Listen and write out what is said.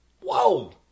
Whoa